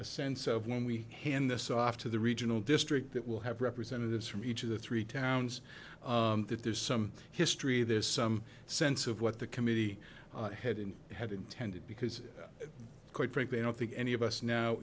a sense of when we hand this off to the regional district that will have representatives from each of the three towns that there's some history there's some sense of what the committee head in had intended because quite frankly i don't think any of us now